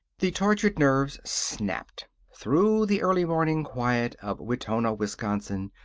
the tortured nerves snapped. through the early-morning quiet of wetona, wisconsin,